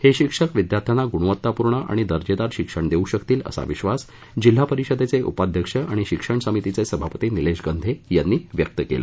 हे शिक्षक विद्यार्थ्यांना गृणवत्तापुर्ण आणि दर्जेदार शिक्षण देऊ शकतील असा विश्वास जिल्हा परिषदेचे उपाध्यक्ष आणि शिक्षण समितीचे सभापती निलेश गंधे यांनी व्यक्त केलं